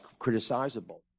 criticizable